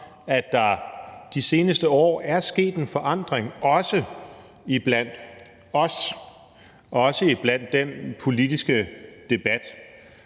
om der de seneste år er sket en forandring, også iblandt os og også i den politiske debat.